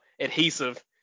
adhesive